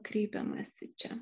kreipiamasi čia